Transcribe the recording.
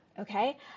Okay